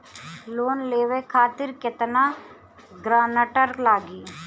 Loan लेवे खातिर केतना ग्रानटर लागी?